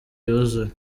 yuzuye